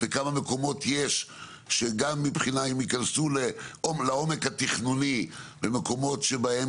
וגם כמה מקומות יש שגם אם יכנסו לעומק התכנוני במקומות שבהם